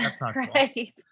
Right